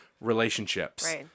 relationships